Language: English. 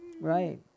Right